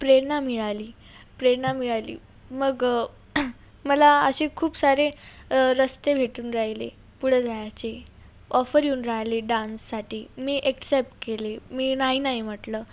प्रेरणा मिळाली प्रेरणा मिळाली मग मला असे खूप सारे रस्ते भेटून राहिले पुढे जायचे ऑफर येऊन राहिले डान्ससाठी मी ॲक्सेप्ट केले मी नाही नाही म्हटलं